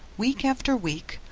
week after week,